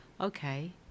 Okay